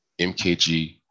MKG